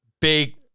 big